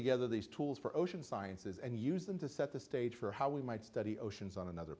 together these tools for ocean sciences and use them to set the stage for how we might study oceans on another